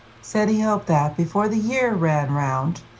said he hoped that, before the year ran round,